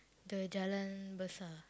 the Jalan-Besar